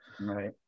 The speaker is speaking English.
Right